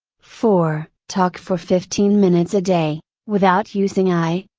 four talk for fifteen minutes a day, without using i,